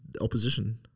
opposition